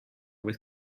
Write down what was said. with